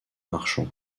marchand